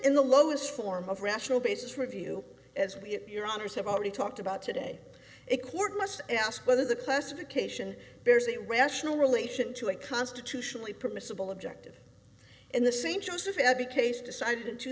in the lowest form of rational basis review as we your honour's have already talked about today a court must ask whether the classification bears a rational relation to a constitutionally permissible objective in the st joseph abbey case decided in two